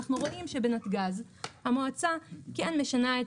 אנחנו רואים שבנתג"ז המועצה כן משנה את